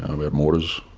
and we had mortars.